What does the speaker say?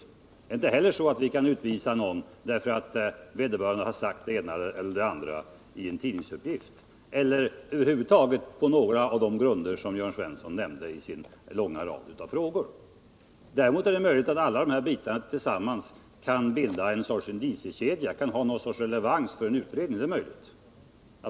Vi kan inte heller utvisa någon för att vederbörande har = Fortsatt giltighet av sagt det ena eller det andra enligt en tidningsuppgift. Vi kan över huvud = spaningslagen taget inte utvisa någon på några av de grunder som Jörn Svensson nämnde i sin långa rad av frågor. Däremot är det möjligt att olika bitar av den typ som Jörn Svensson gav exempel på kan ingå i en indiciekedja med någon sorts relevans för en utredning.